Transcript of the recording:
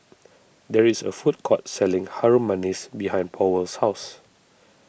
there is a food court selling Harum Manis behind Powell's house